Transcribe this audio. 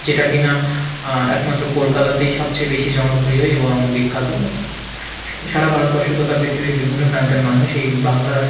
যেটা কি না একমাত্র কলকাতাতেই সবচেয়ে বেশি জনপ্রিয় এবং বিখ্যাত সারা ভারতবর্ষ তথা পৃথিবীর বিভিন্ন প্রান্তের মানুষ এই বাংলার